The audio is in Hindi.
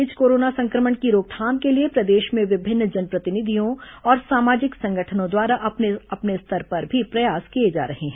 इस बीच कोरोना संक्रमण की रोकथाम के लिए प्रदेश में विभिन्न जनप्रतिनिधियों और सामाजिक संगठनों द्वारा अपने अपने स्तर पर भी प्रयास किए जा रहे हैं